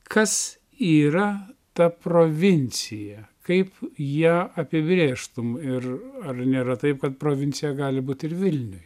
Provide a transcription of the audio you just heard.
kas yra ta provincija kaip ją apibrėžtum ir ar nėra taip kad provincija gali būt ir vilniuj